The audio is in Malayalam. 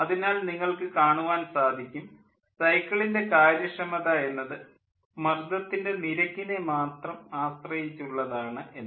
അതിനാൽ നിങ്ങൾക്ക് കാണുവാൻ സാധിക്കും സൈക്കിളിൻ്റെ കാര്യക്ഷമത എന്നത് മർദ്ദത്തിൻ്റെ നിരക്കിനെ മാത്രം ആശ്രയിച്ചുള്ളതാണ് എന്ന്